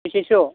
बेसेसो